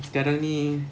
sekarang ni